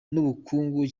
n’ubukungu